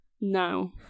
No